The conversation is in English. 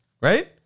right